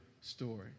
story